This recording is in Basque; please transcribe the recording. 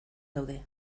daude